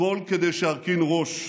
הכול כדי שארכין ראש,